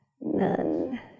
None